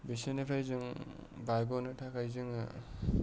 बिसोरनिफ्राय जों बारग'नो थाखाय जोङो